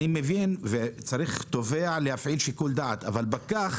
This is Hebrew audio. אני מבין והתובע צריך להפעיל שיקול דעת שפקח